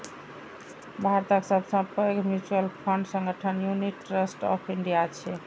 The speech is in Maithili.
भारतक सबसं पैघ म्यूचुअल फंड संगठन यूनिट ट्रस्ट ऑफ इंडिया छियै